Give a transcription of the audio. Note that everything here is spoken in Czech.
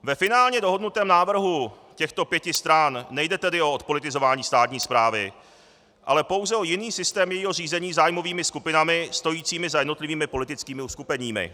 Ve finálně dohodnutém návrhu těchto pěti stran nejde tedy o odpolitizování státní správy, ale pouze o jiný systém jejího řízení zájmovými skupinami stojícími za jednotlivými politickými uskupeními.